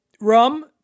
rum